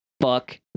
fuck